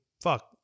fuck